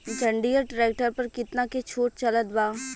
जंडियर tractor पर कितना के छूट चलत बा?